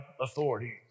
authority